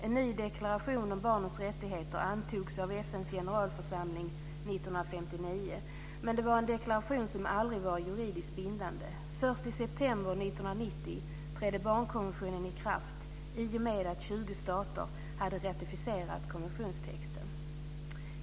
En ny deklaration om barnets rättigheter antogs av FN:s generalförsamling 1959, men det var en deklaration som aldrig var juridiskt bindande. Först i september 1990 trädde barnkonventionen i kraft i och med att 20 stater hade ratificerat konventionstexten.